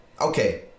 Okay